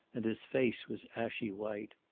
and his face was ashy white.